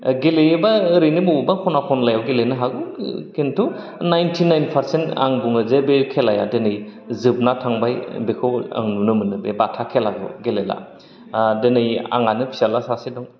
ओ गेलेयोबा ओरैनो बबेबा खना खनलायाव गेलेनो हागौ खिन्थु नाइटिनाइन पारसेन्ट आं बुङो जे बे खेलाया दोनै जोबना थांबाय बेखौ आं नुनो मोनो बे बाथा खेलाखौ गेलेला ओ दोनै आंहानो फिसाला सासे दं